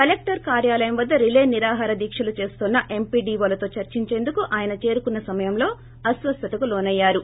collector కార్యాలయం వద్ద relay నిరాహార దీక్షలు చేస్తోన్న ఎంపీఇవోలతో చర్చించేందుకు ఆయన చేరుకున్న సమయంలో అస్వస్థతకు లోనయ్యారు